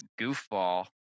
goofball